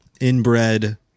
inbred